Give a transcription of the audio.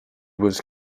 was